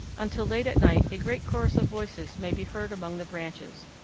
until late at night a great chorus of voices may be heard among the branches.